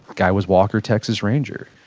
guy was walker texas ranger.